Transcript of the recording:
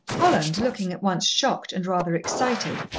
holland, looking at once shocked and rather excited,